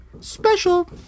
special